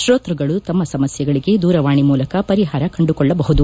ಶೋತೃಗಳು ತಮ್ಮ ಸಮಸ್ಥೆಗಳಿಗೆ ದೂರವಾಣಿ ಮೂಲಕ ಪರಿಹಾರ ಕಂಡುಕೊಳ್ಳಬಹುದು